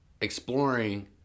exploring